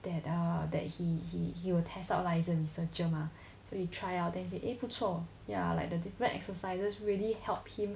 that err that he he he will test out lah he's a researcher mah so he try out then say eh 不错 ya like the different exercises really help him to maintain